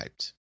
hyped